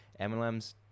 mlms